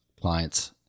clients